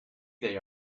they